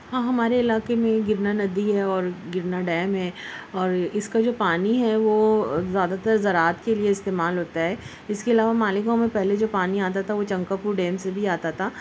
ہاں ہمارے علاقے میں گرنا ندی ہے اور گرنا ڈیم ہے اور اس کا جو پانی ہے وہ زیادہ تر زراعت کے لئے استعمال ہوتا ہے اس کے علاوہ مالے گاؤں میں پہلے جو پانی آتا تھا وہ چمکاپور ڈیم سے بھی آتا تھا